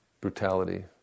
brutality